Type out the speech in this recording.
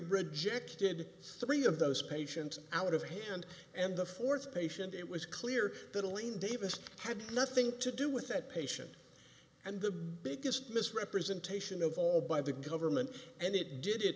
rejected three of those patients out of hand and the fourth patient it was clear that elaine davis had nothing to do with that patient and the biggest misrepresentation of all by the government and it did it